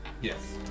Yes